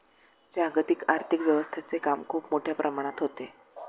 जागतिक आर्थिक व्यवस्थेचे काम खूप मोठ्या प्रमाणात होते